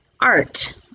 art